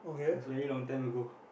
it's very long time ago